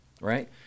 right